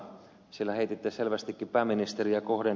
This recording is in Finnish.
sillä heititte selvästikin pääministeriä kohden